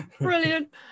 Brilliant